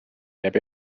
jääb